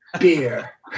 beer